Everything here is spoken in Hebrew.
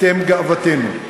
אתם גאוותנו.